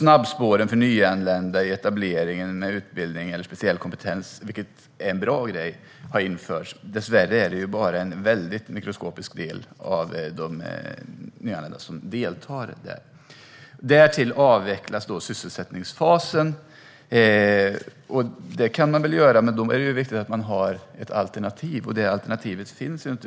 Snabbspåren för etableringen av nyanlända med utbildning eller speciell kompetens har införts, vilket är en bra grej. Men dessvärre är det bara en mikroskopisk andel av de nyanlända som deltar i detta. Därtill avvecklar man sysselsättningsfasen. Det kan man i och för sig göra, men då är det viktigt att man har ett alternativ, och något sådant finns inte.